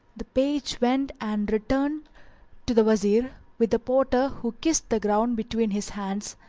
the page went and returned to the wazir with the porter who kissed the ground between his hands,